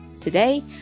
Today